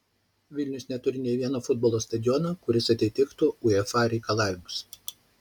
vilnius neturi nei vieno futbolo stadiono kuris atitiktų uefa reikalavimus